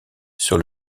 sur